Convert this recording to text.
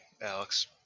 Alex